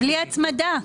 ובלי הצמדה.